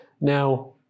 Now